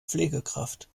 pflegekraft